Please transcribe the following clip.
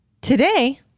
Today